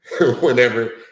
whenever